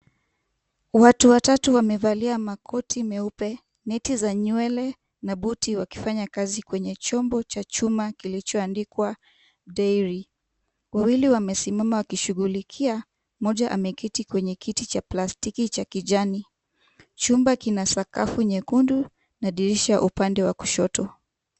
Watu watatu wamevalia makoti meupe, neti za nywele na buti wakifanya kazi kwenye chombo cha chuma kilichoandikwa dairy . Wawili wamesimama wakishughulikia, mmoja ameketi kwenye kiti cha plastiki cha kijani. Chumba kina sakafu nyekundu na dirisha upande wa kushoto.